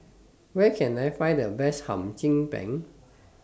Where Can I Find The Best Hum Chim Peng